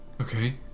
okay